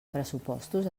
pressupostos